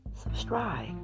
subscribe